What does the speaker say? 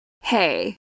Hey